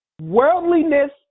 Worldliness